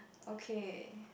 okay